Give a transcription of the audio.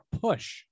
push